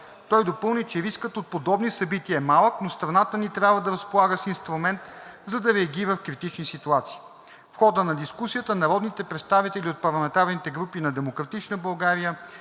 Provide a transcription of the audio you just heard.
Той допълни, че рискът от подобни събития е малък, но страната ни трябва да разполага с инструмент, за да реагира в критични ситуации. В хода на дискусията народните представители от парламентарните групи на „Демократична България“,